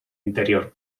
interior